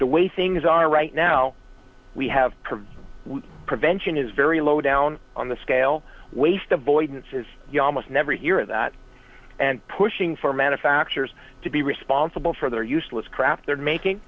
the way things are right now we have prevention is very low down on the scale waste of boyden says you almost never hear that and pushing for manufacturers to be responsible for their useless crap they're